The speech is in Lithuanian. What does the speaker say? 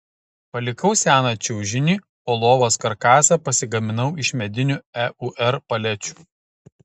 palikau seną čiužinį o lovos karkasą pasigaminau iš medinių eur palečių